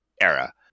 era